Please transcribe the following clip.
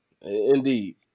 Indeed